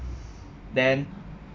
then